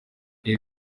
ibi